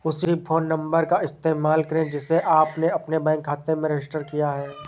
उसी phone number का इस्तेमाल करें जिसे आपने अपने बैंक खाते में रजिस्टर किया है